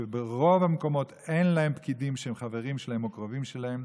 שברוב המקומות אין להם פקידים שהם חברים שלהם או קרובים שלהם,